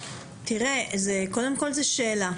זאת שאלה.